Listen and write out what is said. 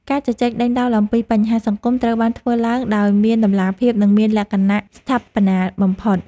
ការជជែកដេញដោលអំពីបញ្ហាសង្គមត្រូវបានធ្វើឡើងដោយមានតម្លាភាព និងមានលក្ខណៈស្ថាបនាបំផុត។